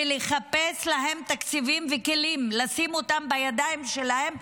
ולחפש להם תקציבים וכלים ולשים אותם בידיים שלהם,